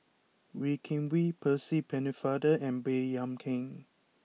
Wee Kim Wee Percy Pennefather and Baey Yam Keng